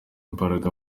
imbaraga